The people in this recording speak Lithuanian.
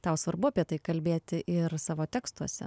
tau svarbu apie tai kalbėti ir savo tekstuose